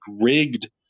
rigged